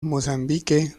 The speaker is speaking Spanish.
mozambique